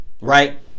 right